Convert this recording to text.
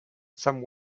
some